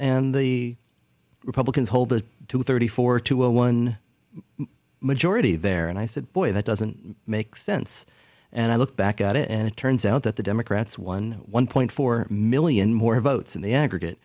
and the republicans hold the to thirty four to a one majority there and i said boy that doesn't make sense and i look back at it and it turns out that the democrats won one point four million more votes in the aggregate